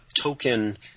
token